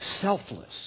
selfless